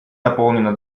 наполнено